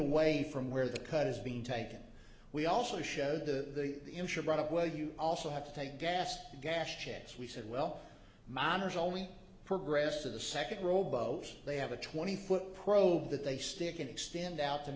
away from where the cut is being taken we also showed the ensure brought up well you also have to take gas gas chits we said well miners only progress to the second row boat they have a twenty foot probe that they stick an extend out t